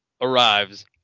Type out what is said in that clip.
arrives